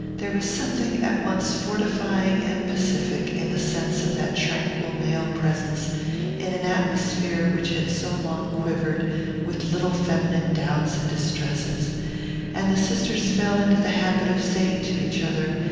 there was something at once fortifying and pacific in the sense of that tranquil male presence in an atmosphere which had so long quivered with little feminine doubts and distresses and the sisters fell into the habit of saying to each other,